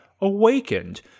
awakened